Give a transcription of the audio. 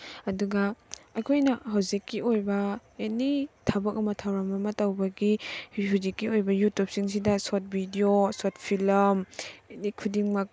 ꯑꯗꯨꯒ ꯑꯩꯈꯣꯏꯅ ꯍꯧꯖꯤꯛꯀꯤ ꯑꯣꯏꯕ ꯑꯦꯅꯤ ꯊꯕꯛ ꯑꯃ ꯊꯧꯔꯝ ꯑꯃ ꯇꯧꯕꯒꯤ ꯍꯧꯖꯤꯛꯀꯤ ꯑꯣꯏꯕ ꯌꯨꯇꯨꯕꯁꯤꯡꯁꯤꯗ ꯁꯣꯔꯠ ꯚꯤꯗꯤꯌꯣ ꯁꯣꯔꯠ ꯐꯤꯂꯝ ꯑꯦꯅꯤ ꯈꯨꯗꯤꯡꯃꯛ